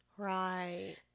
Right